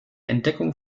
entdeckung